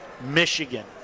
Michigan